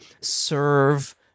serve